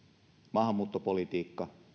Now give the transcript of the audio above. maahanmuuttopolitiikka